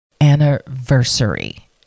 anniversary